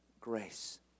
grace